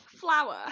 flower